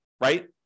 right